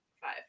Five